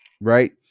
right